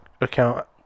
account